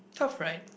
tough right